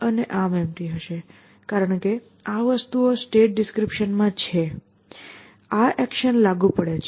કારણ કે આ વસ્તુઓ સ્ટેટ ડિસ્ક્રિપ્શન માં છે આ એક્શન લાગુ પડે છે